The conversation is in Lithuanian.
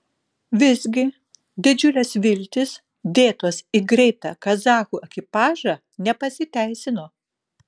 visgi didžiulės viltys dėtos į greitą kazachų ekipažą nepasiteisino